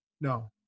no